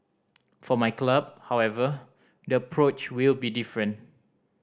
for my club however the approach will be different